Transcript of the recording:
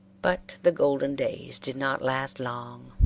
but the golden days did not last long.